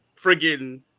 friggin